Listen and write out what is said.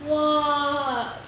!wah!